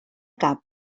cap